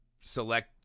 select